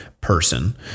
person